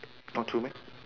not true meh